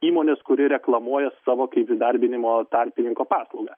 įmonės kuri reklamuoja savo kaip įdarbinimo tarpininko paslaugą